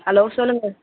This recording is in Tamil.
ஹலோ சொல்லுங்கள்